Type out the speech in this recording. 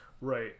right